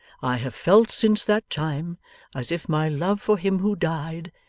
i have felt since that time as if my love for him who died,